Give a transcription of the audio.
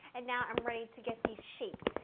and now i'm ready to get these shaped.